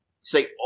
say